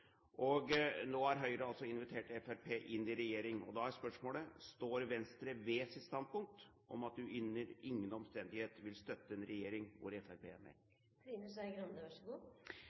Nå har altså Høyre invitert Fremskrittspartiet inn i regjering. Da er spørsmålet: Står Venstre ved sitt standpunkt om at de under ingen omstendighet vil støtte en regjering hvor Fremskrittspartiet er med?